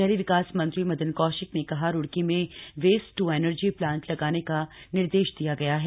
शहरी विकास मंत्री मदन कौशिक ने कहा रुड़की में वेस्ट टू एनर्जी प्लांट लगाने का निर्देश दिया गया है